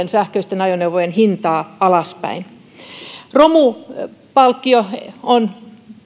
sähköisten ajoneuvojen hintaa alaspäin romupalkkio on